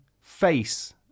face